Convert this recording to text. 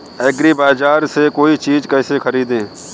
एग्रीबाजार से कोई चीज केसे खरीदें?